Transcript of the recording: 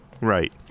right